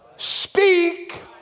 Speak